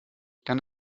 kann